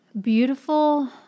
beautiful